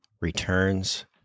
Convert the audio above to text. returns